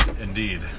Indeed